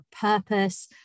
purpose